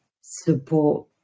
support